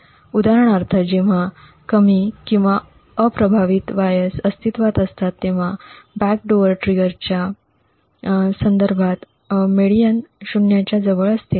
उदाहरणार्थ जेव्हा कमी किंवा अप्रभावित वायर्स अस्तित्वात असतात तेव्हा बॅकडोर ट्रिगरच्या संदर्भात मेडिअन शून्याच्या जवळ असतो